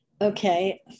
Okay